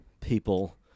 people